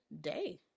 day